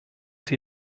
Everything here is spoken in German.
sie